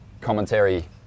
commentary